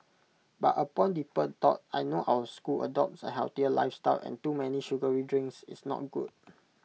but upon deeper thought I know our school adopts A healthier lifestyle and too many sugary drinks is not good